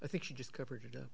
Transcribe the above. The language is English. i think she just covered